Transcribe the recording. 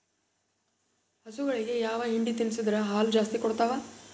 ಹಸುಗಳಿಗೆ ಯಾವ ಹಿಂಡಿ ತಿನ್ಸಿದರ ಹಾಲು ಜಾಸ್ತಿ ಕೊಡತಾವಾ?